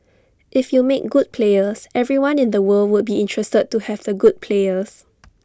if you make good players everyone in the world will be interested to have the good players